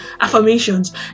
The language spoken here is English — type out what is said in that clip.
affirmations